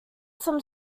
some